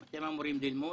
אתם אמורים ללמוד,